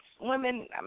women